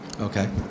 Okay